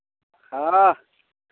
हँ